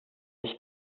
ich